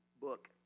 book